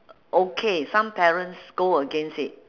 okay some parents go against it